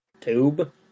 tube